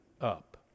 up